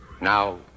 Now